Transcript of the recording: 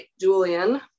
Julian